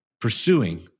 pursuing